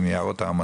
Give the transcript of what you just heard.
עם יערות האמזונס,